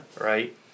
Right